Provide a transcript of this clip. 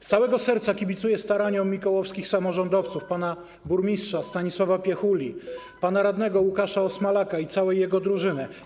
Z całego serca kibicuję staraniom mikołowskich samorządowców: pana burmistrza Stanisława Piechuli, pana radnego Łukasza Osmalaka i całej jego drużyny.